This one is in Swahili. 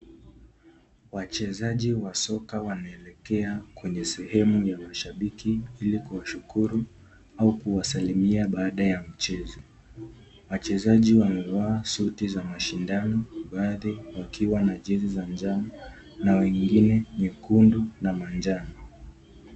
Wachezaji wa soka wanaelekea kwenye sehemu yenye mashambiki ili kuwashukuru au kuwasalimia baada ya mchezo. Wachezaji wamevaa suti za mashindano baadhi wakiwa na jezi za njano na wengine nyekundu na manjano.